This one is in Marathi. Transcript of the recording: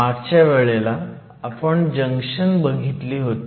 मागच्या वेळेला आपण जंक्शन बघितली होती